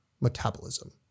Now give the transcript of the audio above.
metabolism